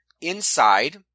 inside